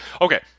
Okay